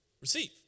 receive